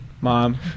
Mom